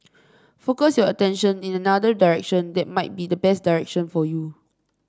focus your attention in another direction that might be the best direction for you